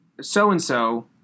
so-and-so